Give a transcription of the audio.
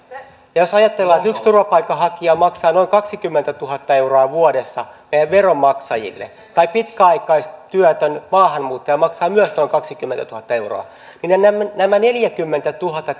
jos ajatellaan että yksi turvapaikanhakija maksaa noin kaksikymmentätuhatta euroa vuodessa meidän veronmaksajille tai pitkäaikaistyötön maahanmuuttaja maksaa myös tuon kaksikymmentätuhatta euroa niin nämä neljäkymmentätuhatta